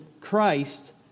Christ